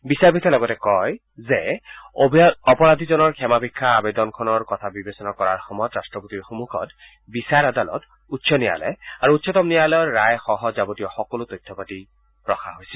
বিচাৰপীঠখনে লগতে কয় যে অপৰাধীজনৰ ক্ষমা ভিক্ষা আবেদনখনৰ কথা বিবেচনা কৰাৰ সময়ত ৰট্টপতিৰ সন্মুখত বিচাৰ আদালত উচ্চ ন্যায়ালয় আৰু উচ্চতম ন্যায়ালয়ৰ ৰায়সহ যাৰতীয় সকলো তথ্য পাতি ৰখা হৈছিল